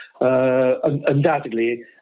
undoubtedly